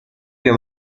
via